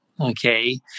Okay